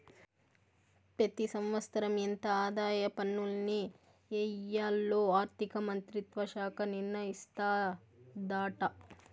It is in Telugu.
పెతి సంవత్సరం ఎంత ఆదాయ పన్నుల్ని ఎయ్యాల్లో ఆర్థిక మంత్రిత్వ శాఖ నిర్ణయిస్తాదాట